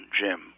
Jim